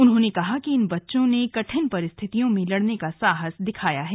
उन्होंने कहा कि इन बच्चों ने कठिन परिस्थितियों में लड़ने का साहस दिखाया है